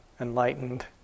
enlightened